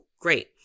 great